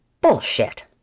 bullshit